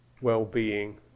well-being